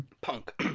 Punk